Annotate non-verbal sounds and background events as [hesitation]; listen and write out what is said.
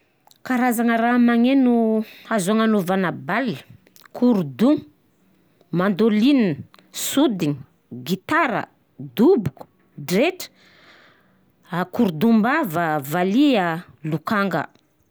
Karazagna raha magneno azo agnanaovagna bal: korodo, mandoline, sodigny, gitara, doboko, dretra, [hesitation] korodom-bava, valiha, lokanga.